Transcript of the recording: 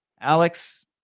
Alex